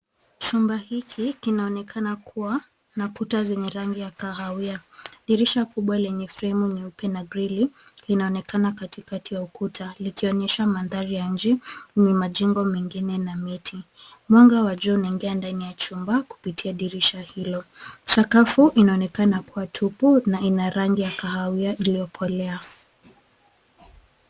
Chumba hiki kinaonekana kuwa na kuta zenye rangi ya kahawia. Dirisha kubwa lenye fremu nyeupe na grili linaonekana katikati ya ukuta likionyesha mandhari ya nje yenye majengo mengine na miti. Mwanga wa jua unaingia ndani ya chumba kupitia dirisha hilo. Sakafu inaonekana kuwa tupu na ina rangi ya kahawia iliyokolea.